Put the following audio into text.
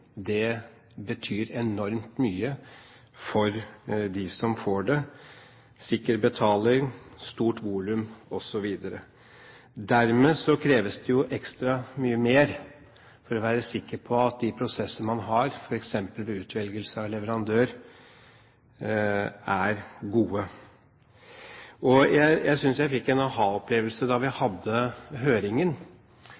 Tipping betyr enormt mye for dem som får det: sikker betaling, stort volum, osv. Dermed kreves det ekstra mye for å være sikker på at de prosessene man har, f.eks. ved utvelgelse av leverandør, er gode. Jeg synes jeg fikk en aha-opplevelse da vi